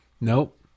nope